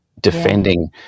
defending